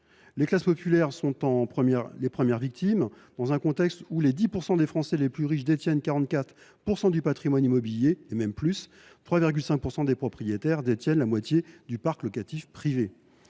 Les classes populaires sont les premières victimes, alors que les 10 % des Français les plus riches détiennent 44 % du patrimoine immobilier – et même plus –, 3,5 % des propriétaires détenant la moitié du parc locatif privé.